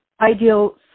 ideal